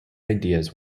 ideas